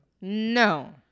no